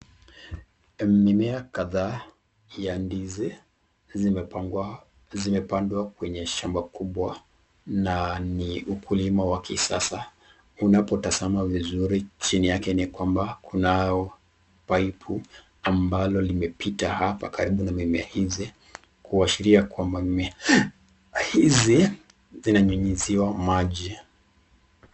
Mimea kadhaa ya ndizi zimepandwa kwenye shamba kubwa na ni ukulima wa kisasa. Unapotazama vizuri, chini yake ni kwamba kunayo paipu ambalo limepita hapa karibu na mimea hizi, kuashiria kwamba mimea hizi zinanyunyiziwa maji.